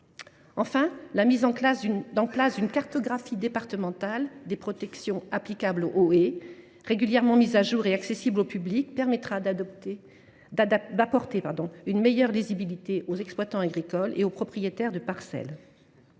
Enfin, la mise en place d’une cartographie départementale des protections applicables aux haies, régulièrement actualisée et accessible au public, apportera une meilleure lisibilité aux exploitants agricoles et aux propriétaires de parcelles.